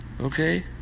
okay